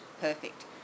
perfect